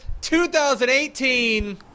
2018